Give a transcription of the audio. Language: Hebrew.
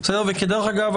דרך אגב,